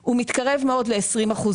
--- הוא מתקרב מאוד ל-20%.